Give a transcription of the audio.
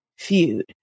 feud